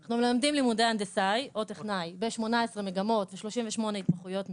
אנחנו מלמדים לימודי הנדסאי או טכנאי ב-18 מגמות ו-38 התמחויות משנה.